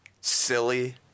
silly